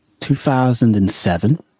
2007